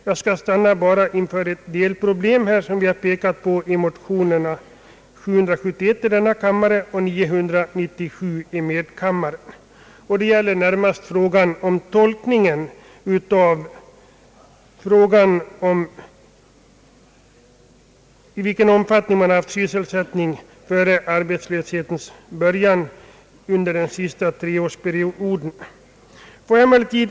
Jag skall bara stanna inför ett delproblem som vi har pekat på i motionerna 771 i denna kammare och 997 i medkammaren. Det gäller närmast tolkningen av frågan, i vilken omfattning man haft sysselsättning under treårsperioden före arbetslöshetens början.